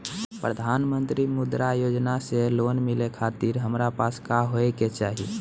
प्रधानमंत्री मुद्रा योजना से लोन मिलोए खातिर हमरा पास का होए के चाही?